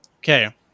okay